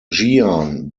jian